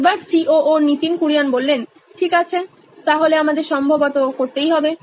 Nitin Kurian CEO ও নোইন electronics ঠিক আছে তাহলে আমাদের সম্ভবত করতেই হবে